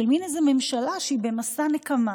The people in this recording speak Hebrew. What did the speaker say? שהיא מין ממשלה שהיא במסע נקמה.